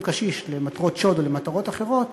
קשיש למטרות שוד או למטרות אחרות,